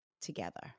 together